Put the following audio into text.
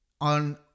on